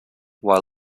while